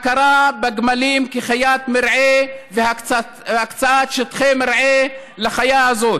הכרה בגמלים כחיית מרעה והקצאת שטחי מרעה לחיה הזאת,